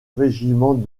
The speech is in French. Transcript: régiment